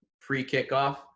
pre-kickoff